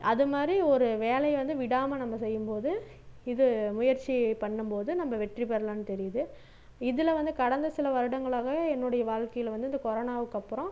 அது மாதிரி ஒரு வேலையை வந்து விடாம நம்ப செய்யும்போது இது முயற்சி பண்ணும்போது நம்ப வெற்றி பெறலாம்ன்னு தெரியுது இதில் வந்து கடந்த சில வருடங்களாகவே என்னுடைய வாழ்க்கையில வந்து இந்த கொரோனாவுக்கப்புறம்